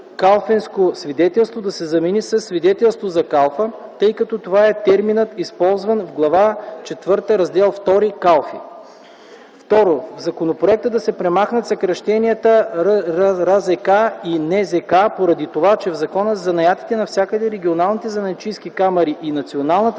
„калфенско свидетелство” да се замени със „свидетелство за калфа”, тъй като това е терминът, използван в Глава четвърта, Раздел ІІ – „Калфи”. 2. В законопроекта да се премахнат съкращенията „РЗК” и „НЗК” поради това, че в Закона за занаятите навсякъде регионалните занаятчийски камари и Националната